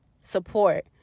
support